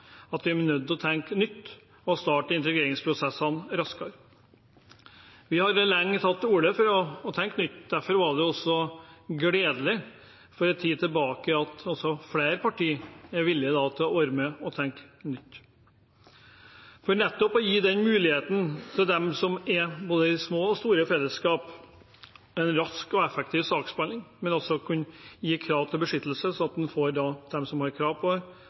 Vi er nødt til å tenke nytt og starte integreringsprosessene raskere. Vi har lenge tatt til orde for å tenke nytt. Derfor var det også gledelig at flere partier for en tid siden var villig til å være med og tenke nytt – for nettopp å gi dem med mulighet til både små og store fellesskap en rask og effektiv saksbehandling, men også kunne oppfylle krav om beskyttelse, slik at de som har krav på beskyttelse, får opphold. De som